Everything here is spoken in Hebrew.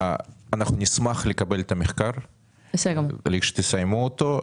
אנחנו נשמח לקבל את המחקר כאשר תסיימו אותו.